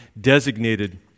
designated